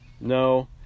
No